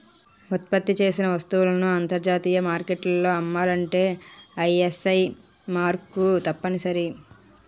ఉత్పత్తి చేసిన వస్తువులను అంతర్జాతీయ మార్కెట్లో అమ్మాలంటే ఐఎస్ఐ మార్కు తప్పనిసరి